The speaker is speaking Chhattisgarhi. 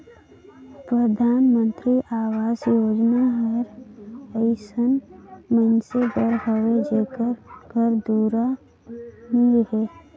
परधानमंतरी अवास योजना हर अइसन मइनसे बर हवे जेकर घर दुरा नी हे